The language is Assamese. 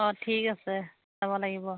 অঁ ঠিক আছে যাব লাগিব